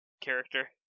character